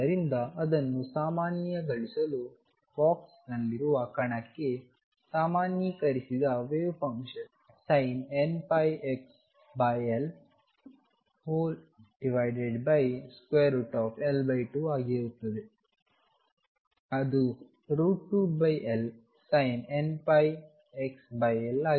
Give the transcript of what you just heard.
ಆದ್ದರಿಂದ ಅದನ್ನು ಸಾಮಾನ್ಯಗೊಳಿಸಲು ಬಾಕ್ಸ್ನಲ್ಲಿರುವ ಕಣಕ್ಕೆ ಸಾಮಾನ್ಯೀಕರಿಸಿದ ವೇವ್ ಫಂಕ್ಷನ್ sinnπxLL2 ಆಗಿರುತ್ತದೆ ಅದು 2LsinnπxL